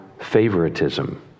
favoritism